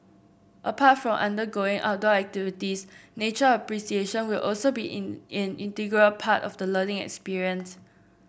apart from undergoing outdoor activities nature appreciation will also be in an integral part of the learning experience